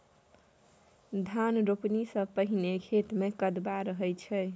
धान रोपणी सँ पहिने खेत मे कदबा रहै छै